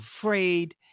afraid